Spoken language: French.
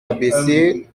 abaissé